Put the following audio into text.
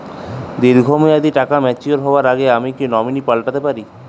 দীর্ঘ মেয়াদি টাকা ম্যাচিউর হবার আগে আমি কি নমিনি পাল্টা তে পারি?